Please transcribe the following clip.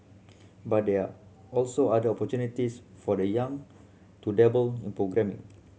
but there are also other opportunities for the young to dabble in programming